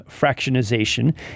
Fractionization